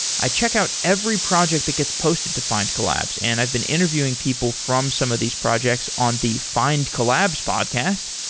i check out every project that gets posted to findcollabs and i've been interviewing people from some of these projects on the findcollabs podcast.